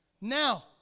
now